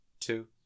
two